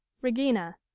Regina